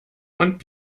und